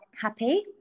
happy